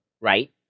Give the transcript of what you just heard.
Right